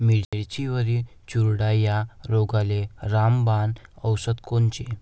मिरचीवरील चुरडा या रोगाले रामबाण औषध कोनचे?